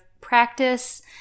practice